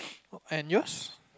and yours